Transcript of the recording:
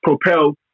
propel